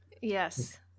Yes